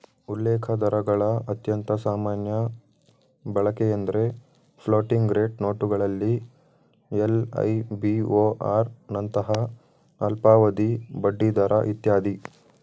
ಉಲ್ಲೇಖದರಗಳ ಅತ್ಯಂತ ಸಾಮಾನ್ಯ ಬಳಕೆಎಂದ್ರೆ ಫ್ಲೋಟಿಂಗ್ ರೇಟ್ ನೋಟುಗಳಲ್ಲಿ ಎಲ್.ಐ.ಬಿ.ಓ.ಆರ್ ನಂತಹ ಅಲ್ಪಾವಧಿ ಬಡ್ಡಿದರ ಇತ್ಯಾದಿ